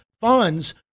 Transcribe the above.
funds